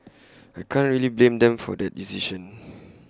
I can't really blame them for that decision